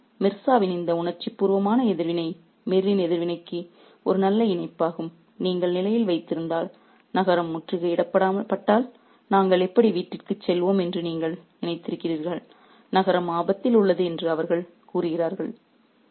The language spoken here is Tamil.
இந்த அனுதாபம் மிர்சாவின் இந்த உணர்ச்சிபூர்வமான எதிர்வினை மிரின் எதிர்வினைக்கு ஒரு நல்ல இணையாகும் நீங்கள் நினைவில் வைத்திருந்தால் நகரம் முற்றுகையிடப்பட்டால் நாங்கள் எப்படி வீட்டிற்கு செல்வோம் என்று நீங்கள் நினைத்திருக்கிறீர்கள் நகரம் ஆபத்தில் உள்ளது என்று அவர் கூறுகிறார்